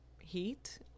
heat